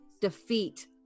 defeat